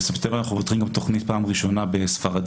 בספטמבר אנחנו פותחים תכנית פעם ראשונה בספרדית